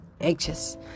anxious